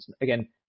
again